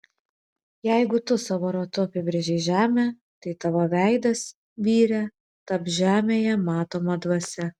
jeigu tu savo ratu apibrėžei žemę tai tavo veidas vyre taps žemėje matoma dvasia